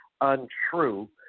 untrue